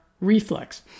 reflex